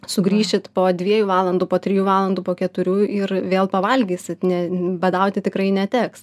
sugrįšit po dviejų valandų po trijų valandų po keturių ir vėl pavalgysit ne badauti tikrai neteks